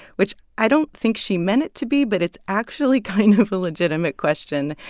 which i don't think she meant it to be, but it's actually kind of a legitimate question.